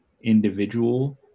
individual